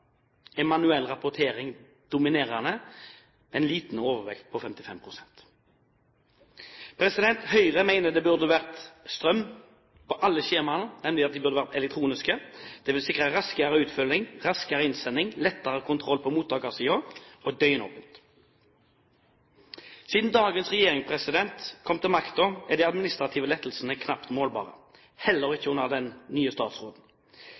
manuell rapportering dominerende, med en liten overvekt på 55 pst. Høyre mener det burde vært strøm på alle skjemaene – de burde vært elektroniske. Det ville sikre raskere utfylling, raskere innsending, lettere kontroll på mottakersiden og være døgnåpent. Siden dagens regjering kom til makten, er de administrative lettelsene knapt målbare, også under den nye statsråden.